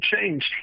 change